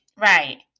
Right